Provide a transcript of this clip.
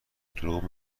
دروغ